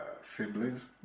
siblings